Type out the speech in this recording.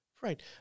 Right